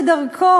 בדרכו,